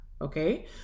Okay